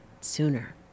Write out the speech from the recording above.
sooner